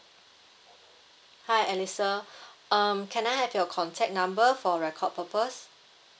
hi alisa um can I have your contact number for record purpose